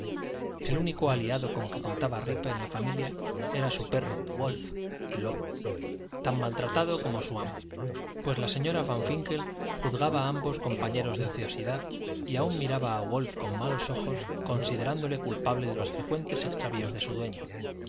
el único aliado con que contaba rip en la familia era su perro wolf lobo tan maltratado como su amo pues la señora van winkle juzgaba a ambos compañeros de ociosidad y aun miraba a wolf con malos ojos considerándole culpable de los frecuentes extravíos de su dueño